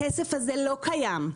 הכסף הזה לא קיים.